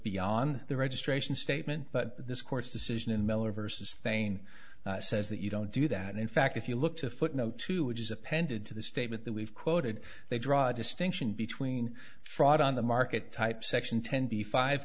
beyond the registration statement but this court's decision in miller versus fein says that you don't do that in fact if you look to footnote two which is appended to the statement that we've quoted they draw distinction between fraud on the market type section ten b five